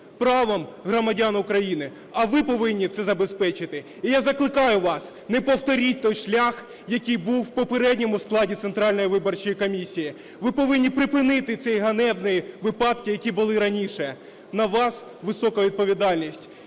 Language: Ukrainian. правом громадян України. А ви повинні це забезпечити. І я закликаю вас, не повторіть той шлях, який був в попередньому складі Центральної виборчої комісії. Ви повинні припинити ці ганебні випадки, які були раніше. На вас висока відповідальність,